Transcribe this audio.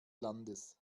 landes